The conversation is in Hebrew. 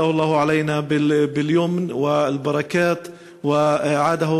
ברצוני לאחל לבני עמנו ולחוגגים את רמדאן חג שמח.